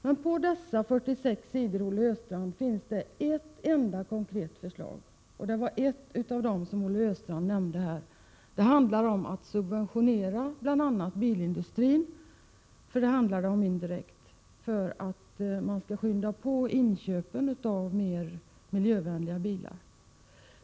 Men på dessa 46 sidor finns det ett enda konkret förslag, och det var ett av dem som Olle Östrand nämnde. Det handlar bl.a. om att, indirekt, subventionera bilindustrin, för att påskynda inköpen av mer miljövänliga bilar.